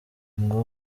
ngo